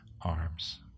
arms